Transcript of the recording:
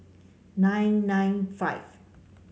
nine nine five